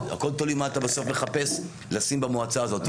הכול תלוי מה אתה בסוף מחפש לשים במועצה הזאת,